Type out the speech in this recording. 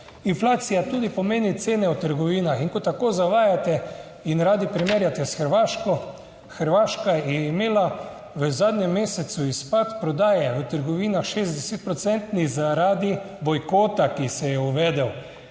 Inflacija tudi pomeni cene v trgovinah. In ko tako zavajate in radi primerjate s Hrvaško, Hrvaška je imela v zadnjem mesecu izpad prodaje v trgovinah 60 procentni zaradi bojkota, ki se je uvedel,